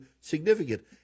significant